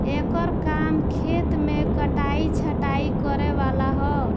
एकर काम खेत मे कटाइ छटाइ करे वाला ह